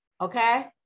Okay